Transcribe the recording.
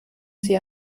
sie